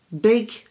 big